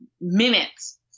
minutes